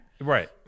Right